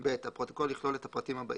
"(ב) הפרוטוקול יכלול את הפרטים הבאים: